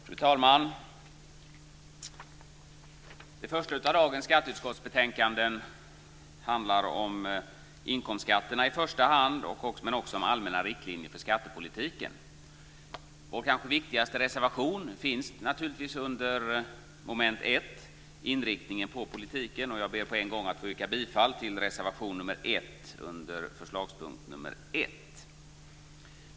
Fru talman! Det första av dagens skatteutskottsbetänkanden handlar om inkomstskatterna i första hand men också om allmänna riktlinjer för skattepolitiken. Vår kanske viktigaste reservation finns naturligtvis under moment 1 som handlar om inriktningen på politiken. Jag ber på en gång att få yrka bifall till reservation nr 1 under förslagspunkt nr 1.